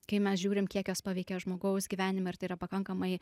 kai mes žiūrim kiek jos paveikia žmogaus gyvenimą ir tai yra pakankamai